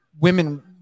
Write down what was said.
women